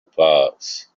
parts